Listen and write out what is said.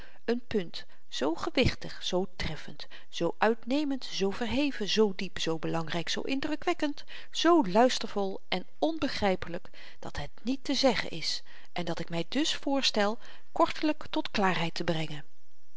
een punt zoo gewichtig zoo treffend zoo uitnemend zoo verheven zoo diep zoo belangryk zoo indrukwekkend zoo luistervol en onbegrypelyk dat het niet te zeggen is en dat ik my dus voorstel kortelyk tot klaarheid te brengen